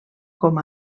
com